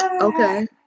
Okay